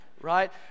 right